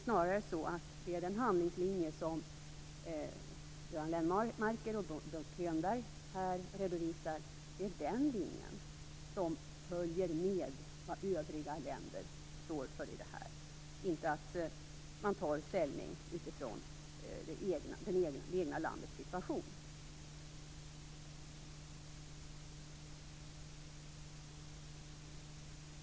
Snarare är det den handlingslinje som Göran Lennmarker och Bo Könberg redovisar som följer med vad övriga länder står för. Den innebär inte att man tar ställning utifrån det egna landets situation.